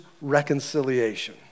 reconciliation